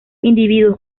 individuos